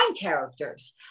characters